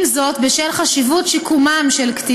עם זאת, בשל החשיבות של שיקום קטינים,